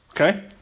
Okay